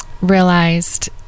realized